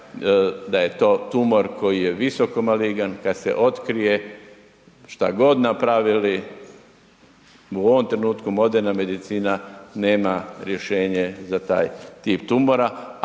da je to tumor koji je visoko maligan, kad se otkrije, sta god napravili u ovom trenutku moderna medicina, nema rješenje za taj tip tumora